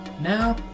Now